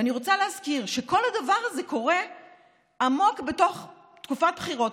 ואני רוצה להזכיר שכל הדבר הזה קורה עמוק בתוך תקופת בחירות,